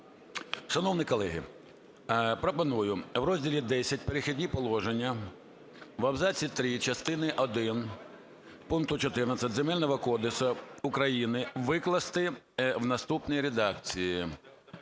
Шановні колеги, пропоную в розділі Х "Перехідні положення" в абзаці 3 частини один пункту 14 Земельного кодексу України викласти у наступній редакції: